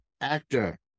actor